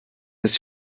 ist